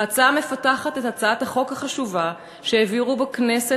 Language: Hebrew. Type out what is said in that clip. ההצעה מפתחת את הצעת החוק החשובה שהעבירו בכנסת